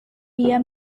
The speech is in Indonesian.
dia